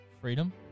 freedom